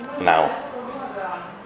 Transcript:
Now